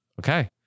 Okay